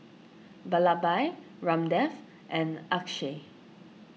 Vallabhbhai Ramdev and Akshay